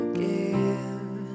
give